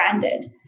branded